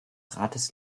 rates